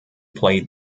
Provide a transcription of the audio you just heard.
play